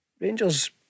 Rangers